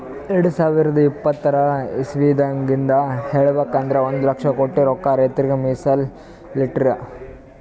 ಎರಡ ಸಾವಿರದ್ ಇಪ್ಪತರ್ ಇಸವಿದಾಗಿಂದ್ ಹೇಳ್ಬೇಕ್ ಅಂದ್ರ ಒಂದ್ ಲಕ್ಷ ಕೋಟಿ ರೊಕ್ಕಾ ರೈತರಿಗ್ ಮೀಸಲ್ ಇಟ್ಟಿರ್